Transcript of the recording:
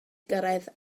gyrraedd